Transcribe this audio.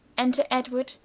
enter edward,